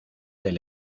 del